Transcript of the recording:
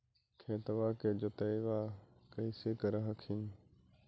खेतबा के जोतय्बा कैसे कर हखिन?